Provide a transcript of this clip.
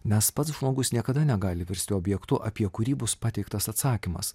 nes pats žmogus niekada negali virsti objektu apie kurį bus pateiktas atsakymas